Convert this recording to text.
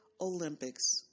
Olympics